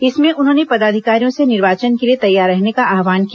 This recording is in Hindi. इसमें उन्होंने पदाधिकारियों से निर्वाचन के लिए तैयार रहने का आव्हान किया